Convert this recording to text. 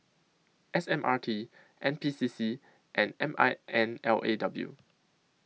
S M R T N P C C and M I N L A W